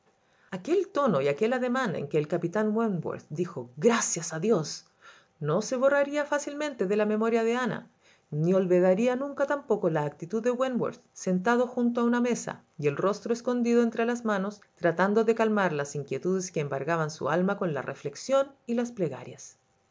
aquel tono y aquel ademán en que el capitán wentworth dijo gracias a dios no se borraría fácilmente de la memoria de ana ni olvidaría nunca tampoco la actitud de wentworth sentado junto a una mesa y el rostro escondido entre las manos tratando de calmar las inquietudes que embargaban su alma con la reflexión y las plegarias